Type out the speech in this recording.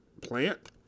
plant